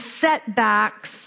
setbacks